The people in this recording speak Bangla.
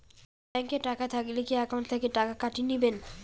ব্যাংক এ টাকা থাকিলে কি একাউন্ট থাকি টাকা কাটি নিবেন?